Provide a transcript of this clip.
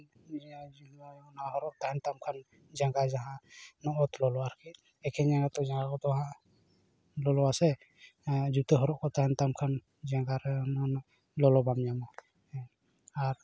ᱢᱮ ᱡᱩᱞᱟᱭ ᱚᱱᱟ ᱦᱚᱨᱚᱜ ᱛᱟᱦᱮᱱ ᱛᱟᱢ ᱠᱷᱟᱱ ᱡᱟᱸᱜᱟ ᱡᱟᱦᱟᱸ ᱚᱱᱟ ᱚᱛ ᱞᱚᱞᱚ ᱟᱨᱠᱤ ᱮᱠᱷᱮᱱ ᱡᱟᱸᱜᱟ ᱛᱚ ᱡᱟᱸᱜᱟ ᱠᱚᱛᱚ ᱦᱟᱸᱜ ᱞᱚᱞᱚᱣᱟᱥᱮ ᱡᱩᱛᱟᱹ ᱦᱚᱨᱚᱜ ᱛᱟᱦᱮᱸᱱ ᱛᱟᱢ ᱠᱷᱟᱱ ᱡᱟᱸᱜᱟᱨᱮ ᱚᱱᱮ ᱚᱱᱟ ᱞᱚᱞᱚ ᱵᱟᱢ ᱧᱟᱢᱟ ᱦᱮᱸ ᱟᱨ